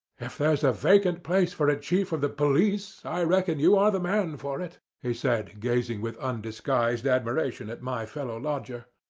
if there's a vacant place for a chief of the police, i reckon you are the man for it, he said, gazing with undisguised admiration at my fellow-lodger.